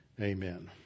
amen